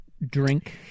Drink